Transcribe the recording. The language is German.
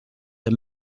der